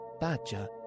Badger